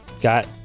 got